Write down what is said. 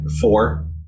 four